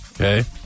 Okay